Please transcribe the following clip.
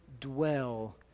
dwell